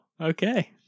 okay